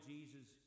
Jesus